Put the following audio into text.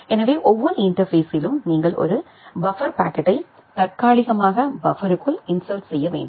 எனவே ஒவ்வொரு இன்டர்பேஸ்ஸிலும் நீங்கள் ஒரு பஃபர் பாக்கெட்டை தற்காலிகமாக பஃபர்ற்குள் இன்சர்ட் செய்ய வேண்டும்